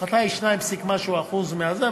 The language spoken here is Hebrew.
ההפחתה היא כ-2% מזה,